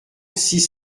six